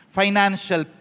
financial